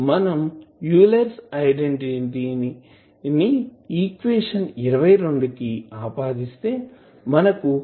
మనం Euler identity Euler's identity ని equation కి ఆపాదిస్తే మనకు ఈక్వేషన్ వస్తుంది